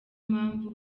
mpamvu